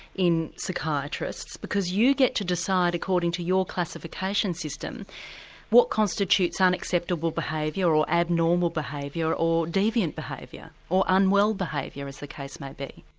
in psychiatrists, because you get to decide according to your classification system what constitutes unacceptable behaviour, or abnormal behaviour, or deviant behaviour, or unwell behaviour, as the case may be.